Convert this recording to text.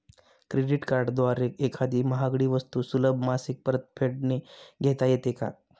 Credit कार्डद्वारे एखादी महागडी वस्तू सुलभ मासिक परतफेडने घेता येते का?